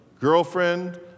girlfriend